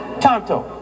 Tonto